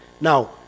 Now